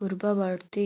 ପୂର୍ବବର୍ତ୍ତୀ